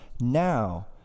now